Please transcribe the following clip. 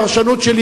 הפרשנות שלי,